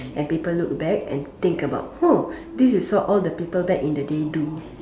and people look back and think about !huh! so this is what people in the back in the day do